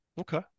Okay